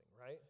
right